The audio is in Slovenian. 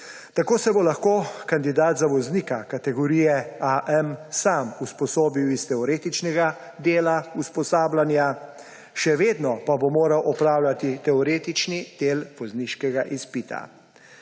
Tako se bo lahko kandidat za voznika kategorije AM sam usposobil iz teoretičnega dela usposabljanja, še vedno pa bo moral opravljati teoretični del vozniškega izpita.